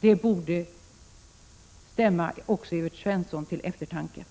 Det borde stämma också Evert Svensson till eftertanke.